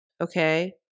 Okay